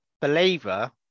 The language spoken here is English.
believer